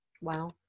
Wow